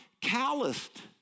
calloused